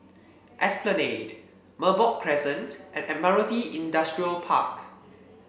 Esplanade Merbok Crescent and Admiralty Industrial Park